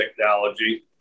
technology